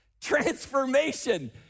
transformation